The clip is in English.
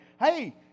Hey